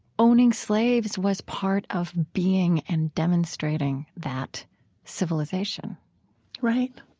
owning slaves was part of being and demonstrating that civilization right,